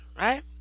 right